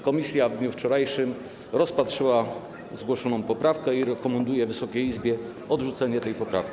Komisja w dniu wczorajszym rozpatrzyła zgłoszoną poprawkę i rekomenduje Wysokiej Izbie odrzucenie tej poprawki.